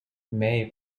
may